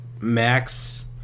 Max